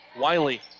Wiley